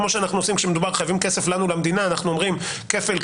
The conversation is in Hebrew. כמו שאנחנו עושים כשמדובר על חייבים כסף למדינה ואז אנחנו אומרים שיש